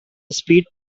speed